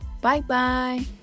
Bye-bye